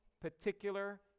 particular